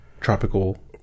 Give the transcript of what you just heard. tropical